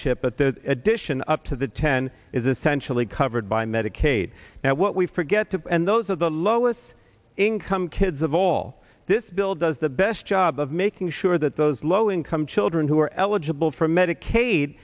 addition of to the ten is essentially covered by medicaid now what we forget to and those of the lowest income kids of all this bill does the best job of making sure that those low income children who are eligible for medicaid